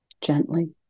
gently